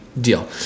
deal